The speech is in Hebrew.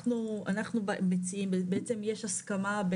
בעצם יש הסכמה,